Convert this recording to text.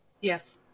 yes